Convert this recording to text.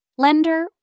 lender